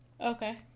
Okay